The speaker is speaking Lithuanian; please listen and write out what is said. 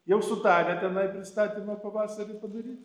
jau sutarę tenai pristatymą pavasarį padaryt